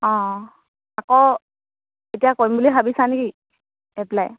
অঁ আকৌ এতিয়া কৰিম বুলি ভাবিছা নে কি এপ্লাই